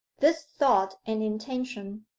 this thought and intention,